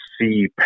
see